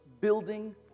building